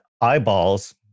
eyeballs